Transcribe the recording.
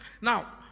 Now